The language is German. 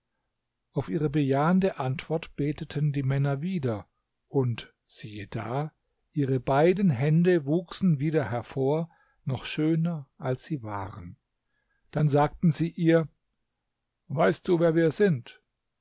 auf ihre bejahende antwort beteten die männer wieder und siehe da ihre beiden hände wuchsen wieder hervor noch schöner als sie waren dann sagten sie ihr weißt du wer wir sind